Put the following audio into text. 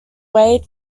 way